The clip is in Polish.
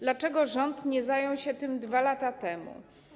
Dlaczego rząd nie zajął się tym 2 lata temu?